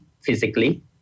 physically